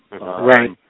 Right